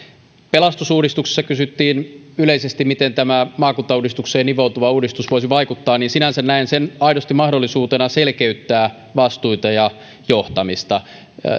pelastusuudistuksesta kysyttiin yleisesti miten tämä maakuntauudistukseen nivoutuva uudistus voisi vaikuttaa sinänsä näen sen aidosti mahdollisuutena selkeyttää vastuita ja johtamista